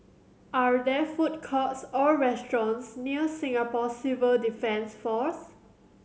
are there food courts or restaurants near Singapore Civil Defence Force